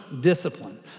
discipline